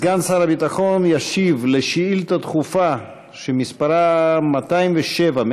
סגן שר הביטחון ישיב על שאילתה דחופה שמספרה 207,